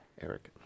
Eric